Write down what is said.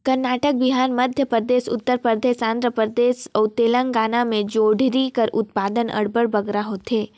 करनाटक, बिहार, मध्यपरदेस, उत्तर परदेस, आंध्र परदेस अउ तेलंगाना में जोंढरी कर उत्पादन अब्बड़ बगरा होथे